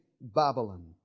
Babylon